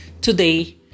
today